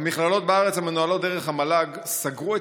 המכללות בארץ המנוהלות דרך המל"ג סגרו את